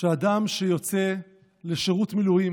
שאדם שיוצא לשירות מילואים